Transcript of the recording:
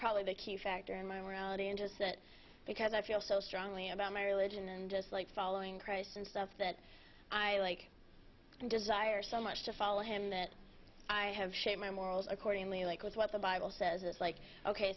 probably the key factor in my reality in just because i feel so strongly about my religion and just like following christ and stuff that i like and desire so much to follow him that i have shaped my morals accordingly like with what the bible says it's like ok